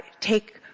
take